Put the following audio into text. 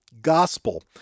GOSPEL